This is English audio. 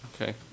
Okay